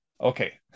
Okay